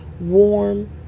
warm